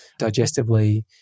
digestively